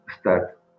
START